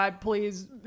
please